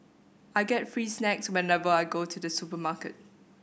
I get free snacks whenever I go to the supermarket